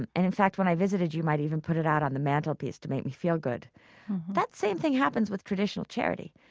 and and in fact, when i visited, you might even put it out on the mantelpiece to make me feel good that same thing happens with traditional charity.